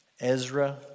Ezra